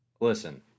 Listen